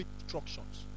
instructions